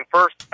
First